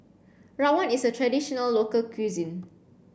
Rawon is a traditional local cuisine